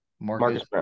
Marcus